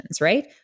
right